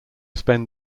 spend